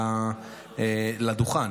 לדוכן?